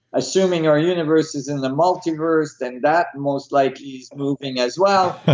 assuming our universe is in the multiverse, then that most likely is moving as well.